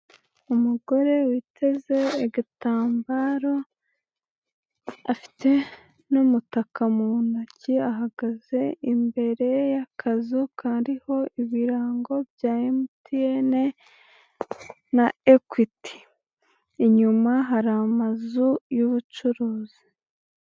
Umugore witeze igitambaro afite n'umutaka mu ntoki ahagaze imbere y'akazu kariho ibirango bya MTN na Equity, inyuma hari amazu y'ubucuruzi.